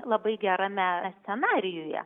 labai gerame scenarijuje